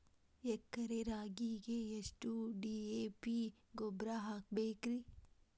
ಎಕರೆ ರಾಗಿಗೆ ಎಷ್ಟು ಡಿ.ಎ.ಪಿ ಗೊಬ್ರಾ ಹಾಕಬೇಕ್ರಿ?